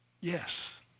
Yes